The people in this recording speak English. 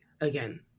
again